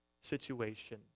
situation